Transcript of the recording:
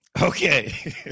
Okay